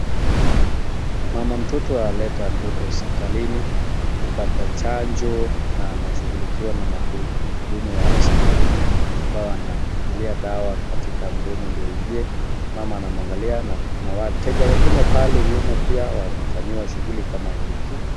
Mama mtoto aleta mtoto hospitalini kupata chanjo na anashughulikiwa na mhudumu wa hospitalini ambao wanamfinyilia dawa katika mdomo ndio iingie. Mama anamwangalia na kuna wateja wengine pale nyuma pia wanafanyiwa shughuli hiyo tu.